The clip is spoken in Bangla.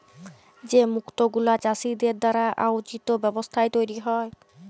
যে মুক্ত গুলা চাষীদের দ্বারা আয়জিত ব্যবস্থায় তৈরী হ্যয়